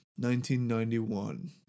1991